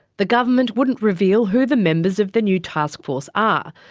the government wouldn't reveal who the members of the new taskforce are,